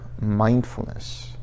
mindfulness